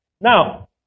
Now